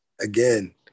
Again